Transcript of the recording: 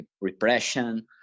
repression